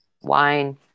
wine